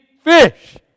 fish